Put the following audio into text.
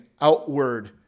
outward